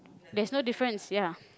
there's no difference ya